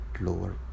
lower